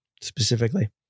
specifically